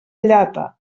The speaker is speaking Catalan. llata